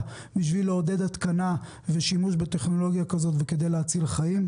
בשביל לעודד התקנה ושימוש בטכנולוגיה כזו כדי להציל חיים.